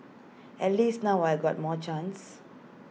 at least now I got more chance